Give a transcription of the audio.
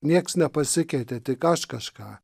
niekas nepasikeitė tik aš kažką